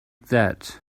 that